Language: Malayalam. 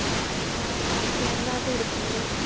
ആണോ ഓക്കെ എന്നാൽ അത് എടുത്തോളൂ